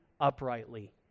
uprightly